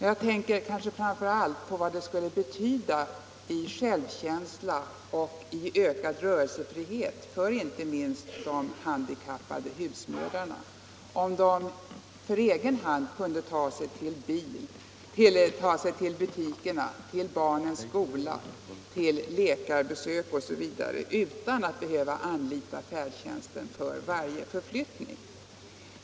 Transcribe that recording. Jag tänker kanske framför allt på vad det skulle betyda i självkänsla och ökad rörelsefrihet för inte minst de handikappade husmödrarna om de för egen hand kunde ta sig till butikerna, till barnens skola, till läkarbesök osv. utan att behöva anlita färdtjänsten för varje förflyttning.